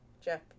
Jeff